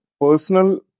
personal